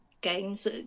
games